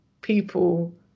people